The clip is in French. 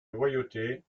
loyauté